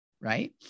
right